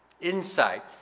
insight